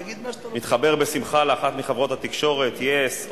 אדוני היושב-ראש, האם להצביע בקריאה שלישית?